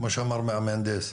כמו שאמר המהנדס,